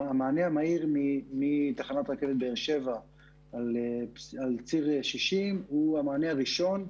המענה המהיר מתחנת רכבת באר שבע על ציר 60 הוא המענה הראשון,